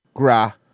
Gra